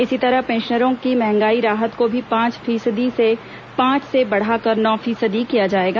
इसी तरह पेंशनरों की महंगाई राहत को भी पांच से बढ़ाकर नौ फीसदी किया जाएगा